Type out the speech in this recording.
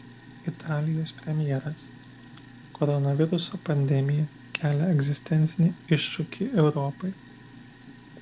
italijos premjeras koronaviruso pandemija kelia egzistencinį iššūkį europai